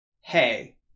hey